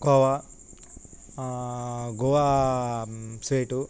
khoa Goan sweet